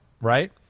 right